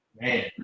Man